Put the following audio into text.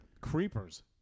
creepers